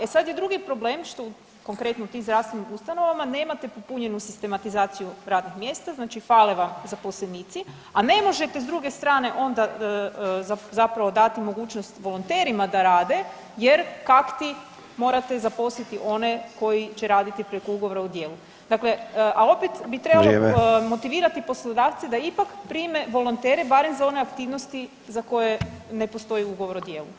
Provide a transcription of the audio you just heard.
E sada je drugi problem što konkretno u tim zdravstvenim ustanovama nemate popunjenu sistematizaciju radnih mjesta znači fale vam zaposlenici, a ne možete s druge strane onda zapravo dati mogućnost volonterima da rade jer kakti morate zaposliti one koji će raditi preko ugovora o djelu [[Upadica Sanader: vrijeme.]] A opet bi trebalo motivirati poslodavce da ipak prime volontere barem za one aktivnosti za koje ne postoji ugovor o djelu.